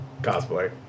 cosplay